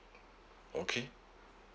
okay